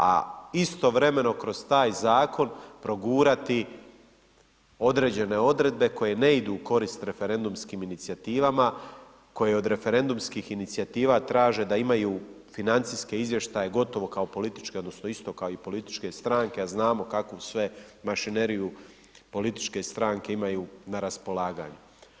A istovremeno kroz taj zakon progurati određene odredbe koje ne idu u korist referendumskim inicijativama, koje od referendumskih inicijativa traže da imaju financijske izvještaje gotovo kao politička odnosno isto kao i političke stranke, a znamo kakvu sve mašineriju političke stranke imaju na raspolaganju.